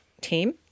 team